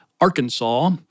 Arkansas